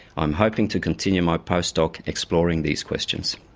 i'm hoping to continue my post doc exploring these questions.